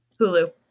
Hulu